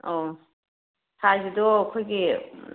ꯑꯧ ꯁꯥꯏꯁꯇꯣ ꯑꯩꯈꯣꯏꯒꯤ